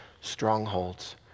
strongholds